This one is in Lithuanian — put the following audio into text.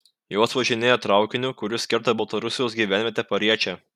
jos važinėja traukiniu kuris kerta baltarusijos gyvenvietę pariečę